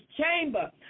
chamber